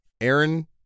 Aaron